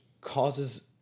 causes